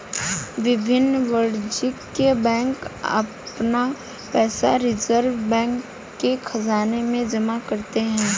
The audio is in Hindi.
विभिन्न वाणिज्यिक बैंक अपना पैसा रिज़र्व बैंक के ख़ज़ाने में जमा करते हैं